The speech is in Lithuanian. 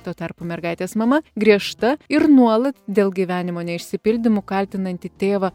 tuo tarpu mergaitės mama griežta ir nuolat dėl gyvenimo neišsipildymų kaltinanti tėvą